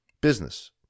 Business